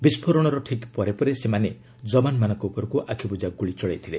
ବିଷ୍କୋରଣର ଠିକ୍ ପରେ ପରେ ସେମାନେ ଯବାନମାନଙ୍କ ଉପରକୁ ଆଖିବୁଜା ଗୁଳି ଚଳାଇଥିଲେ